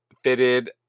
fitted